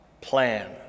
plan